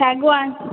ଶାଗୁଆନ